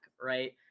right